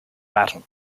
battle